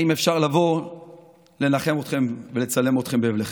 האם אפשר לבוא לנחם אתכם ולצלם אתכם באבלכם?